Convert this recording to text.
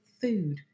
food